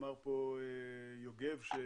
אמר פה יוגב שהוא